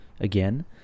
again